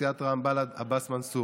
מסיעת רע"מ-בל"ד: עבאס מנסור.